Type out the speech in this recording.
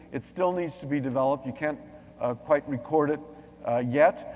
it still needs to be developed. you can't quite record it yet.